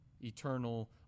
eternal